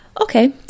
Okay